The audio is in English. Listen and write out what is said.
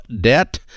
debt